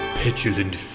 petulant